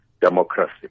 democracy